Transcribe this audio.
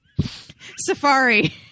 Safari